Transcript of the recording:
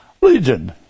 Legion